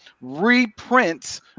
reprints